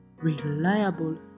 reliable